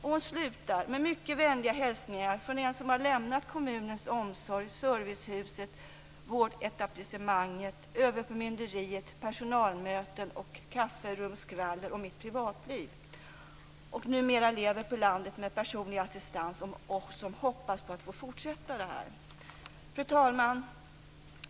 Hon slutar: Med mycket vänliga hälsningar från en som har lämnat kommunens omsorg, servicehuset, vårdetablissemanget, överförmynderiet, personalmöten och kafferumsskvaller om mitt privatliv. Numera lever jag på landet med personlig assistans och hoppas på att få fortsätta det här. Fru talman!